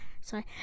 sorry